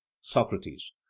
Socrates